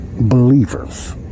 believers